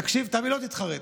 תקשיב, תאמין לי, לא תתחרט.